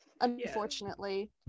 Unfortunately